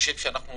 חושב שאנחנו